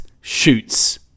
shoots